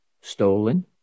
stolen